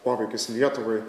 poveikis lietuvai